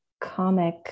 comic